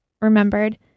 remembered